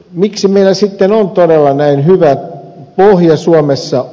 miksi meillä sitten on todella näin hyvä pohja suomessa